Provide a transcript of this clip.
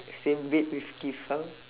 same weight with keith how